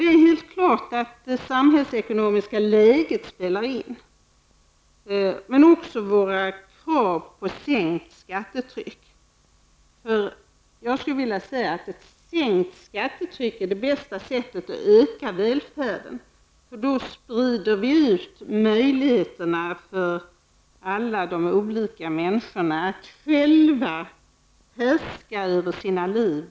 Det är helt klart att det samhällsekonomiska läget spelar in, men också våra krav på ett sänkt skattetryck. Ett sänkt skattetryck är det bästa sättet att öka välfärden. Då sprider vi ut möjligheterna för alla de olika människorna att själva härska över sina liv.